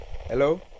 hello